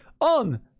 on